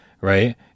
Right